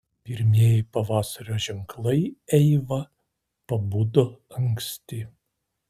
pirmieji pavasario ženklai eiva pabudo anksti